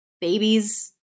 babies